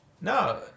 No